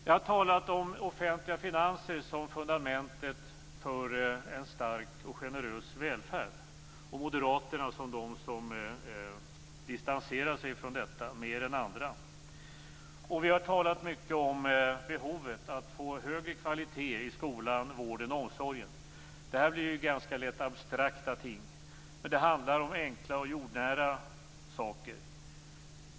Jag har talat om offentliga finanser som fundamentet för en stark och generös välfärd och om moderaterna som de som distanserar sig från detta mer än andra. Vi har talat mycket om behovet av att få högre kvalitet i skolan, vården och omsorgen. Detta blir lätt abstrakta ting, men det handlar om enkla och jordnära saker.